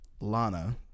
lana